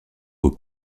aux